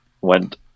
went